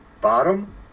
bottom